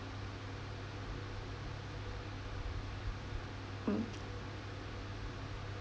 mm